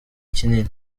kinini